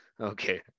Okay